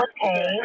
Okay